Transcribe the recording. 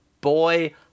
boy